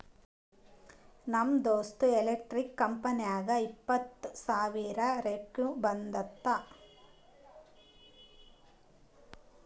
ನಮ್ ದೋಸ್ತ್ದು ಎಲೆಕ್ಟ್ರಿಕ್ ಕಂಪನಿಗ ಇಪ್ಪತ್ತ್ ಸಾವಿರ ರೆವೆನ್ಯೂ ಬಂದುದ